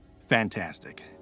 Fantastic